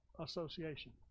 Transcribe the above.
association